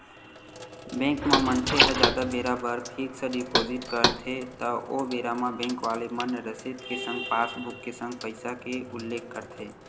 bank म मनखे ह जादा बेरा बर फिक्स डिपोजिट करथे त ओ बेरा म बेंक वाले मन रसीद के संग पासबुक के संग पइसा के उल्लेख करथे